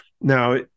Now